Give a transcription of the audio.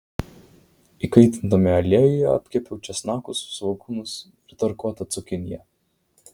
įkaitintame aliejuje apkepiau česnakus svogūnus ir tarkuotą cukiniją